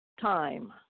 time